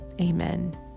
Amen